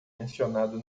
mencionado